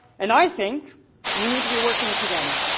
and i think we need to be working together.